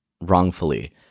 wrongfully